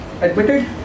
admitted